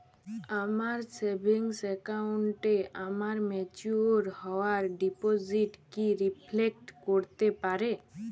আমার সেভিংস অ্যাকাউন্টে আমার ম্যাচিওর হওয়া ডিপোজিট কি রিফ্লেক্ট করতে পারে?